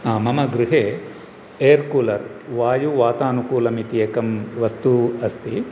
हा मम गृहे एर्कूलर् वायुवातानुकूलमिति एकं वस्तु अस्ति